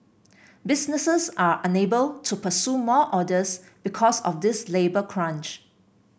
businesses are unable to pursue more orders because of this labour crunch